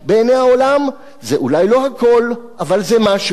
בעיני העולם זה אולי לא הכול אבל זה משהו.